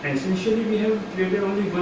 essentially we have